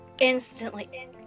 Instantly